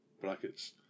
brackets